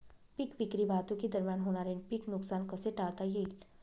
पीक विक्री वाहतुकीदरम्यान होणारे पीक नुकसान कसे टाळता येईल?